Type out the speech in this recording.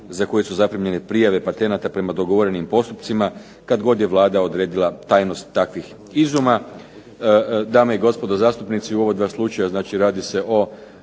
za koje su zaprimljene prijave patenata prema dogovorenim postupcima kad god je Vlada odredila tajnost takvih izuma. Dame i gospodo zastupnici, u oba dva slučaja, znači radi se o